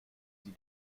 sie